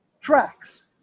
tracks